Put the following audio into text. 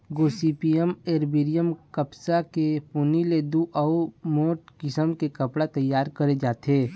Gossypium एरबॉरियम कपसा के पोनी ले दरी अउ मोठ किसम के कपड़ा तइयार करे जाथे